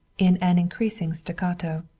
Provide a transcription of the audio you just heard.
in an increasing staccato.